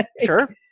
sure